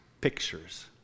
pictures